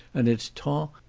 and it's ton,